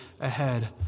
ahead